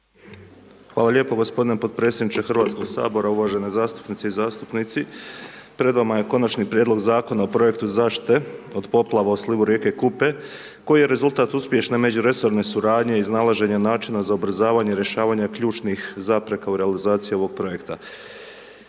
Hvala lijepo gospodine podpredsjedniče Hrvatskog sabora, uvažene zastupnice i zastupnici, pred vama je Konačni prijedlog Zakona o projektu zaštite od poplava u slivu rijeke Kupe koji je rezultat uspješne međuresorne suradnje iznalaženja načina za ubrzavanje rješavanja ključnih zapreka u realizaciji ovog projekta.